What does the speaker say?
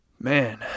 Man